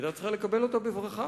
היתה צריכה לקבל אותה בברכה,